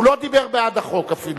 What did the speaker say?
הוא לא דיבר בעד החוק, אפילו.